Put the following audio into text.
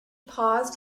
paused